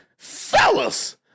fellas